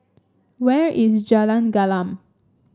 where is Jalan Gelam